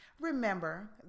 remember